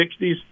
60s